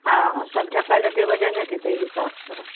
हँ सब जकर जतेक वजन हेतै ताहि हिसाबसँ